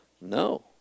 No